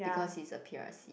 because he's a P_R_C